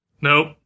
Nope